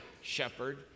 shepherd